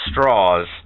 straws